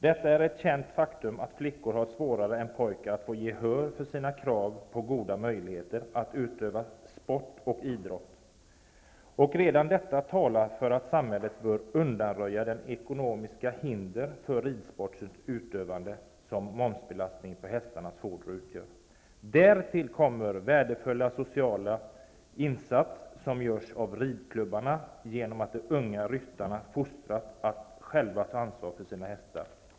Det är ett känt faktum att flickor har svårare än pojkar att få gehör för sina krav på goda möjligheter att utöva sport och idrott, och redan detta talar för att samhället bör undanröja det ekonomiska hinder för ridsportens utövande som momsbelastningen på hästarnas foder utgör. Därtill kommer den värdefulla sociala insats som görs av ridklubbarna genom att de unga ryttarna fostras att själva ta ansvar för hästarna.